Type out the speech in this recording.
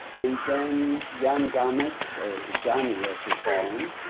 and then young governments are johnny, as we call him.